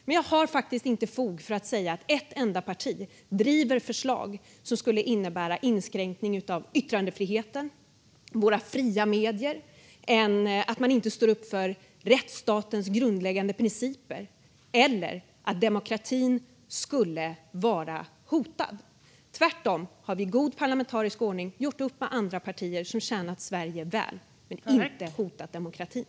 Men jag har faktiskt inte fog för att säga att ett enda parti driver förslag som skulle innebära inskränkning av yttrandefriheten eller våra fria medier, att man inte står upp för rättsstatens grundläggande principer eller att demokratin skulle vara hotad. Tvärtom har vi i god parlamentarisk ordning gjort upp med andra partier. Det har tjänat Sverige väl och inte hotat demokratin.